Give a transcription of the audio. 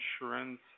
insurance